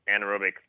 anaerobic